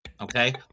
Okay